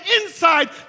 inside